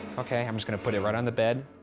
okay, i'm just gonna put it right on the bed,